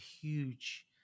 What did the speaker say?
huge